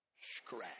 scratch